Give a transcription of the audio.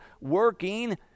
working